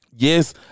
Yes